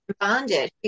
bonded